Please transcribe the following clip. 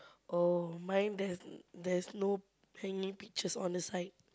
oh mine there's there is no hanging pictures on the side